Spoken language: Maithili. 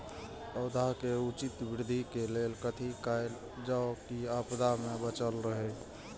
पौधा के उचित वृद्धि के लेल कथि कायल जाओ की आपदा में बचल रहे?